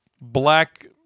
black